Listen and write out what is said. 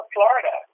Florida